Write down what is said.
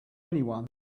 anyone